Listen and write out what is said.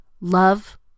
Love